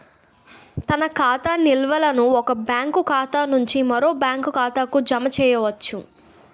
తన ఖాతా నిల్వలను ఒక బ్యాంకు ఖాతా నుంచి మరో బ్యాంక్ ఖాతాకు జమ చేయవచ్చు